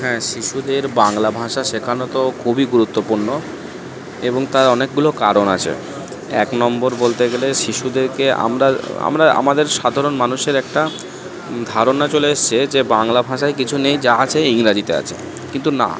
হ্যাঁ শিশুদের বাংলা ভাষা শেখানো তো খুবই গুরুত্বপূর্ণ এবং তার অনেকগুলো কারণ আছে এক নম্বর বলতে গেলে শিশুদেরকে আমরা আমরা আমাদের সাধারণ মানুষের একটা ধারণা চলে এসছে যে বাংলা ভাষায় কিছু নেই যা আছে ইংরাজিতে আছে কিন্তু না